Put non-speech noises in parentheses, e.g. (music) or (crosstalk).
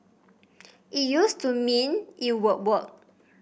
(noise) it used to mean it would work